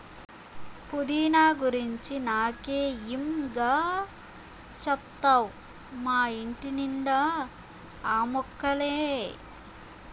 పుదీనా గురించి నాకే ఇం గా చెప్తావ్ మా ఇంటి నిండా ఆ మొక్కలే